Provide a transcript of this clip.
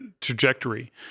trajectory